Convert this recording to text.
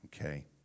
Okay